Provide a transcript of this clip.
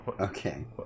Okay